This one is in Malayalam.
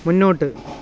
മുന്നോട്ട്